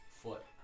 foot